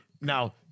Now